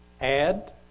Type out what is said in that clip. add